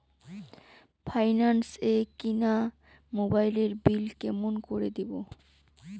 Finance এ কিনা মোবাইলের বিল কেমন করে দিবো?